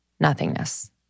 nothingness